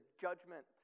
judgment